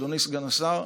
אדוני סגן השר,